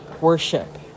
worship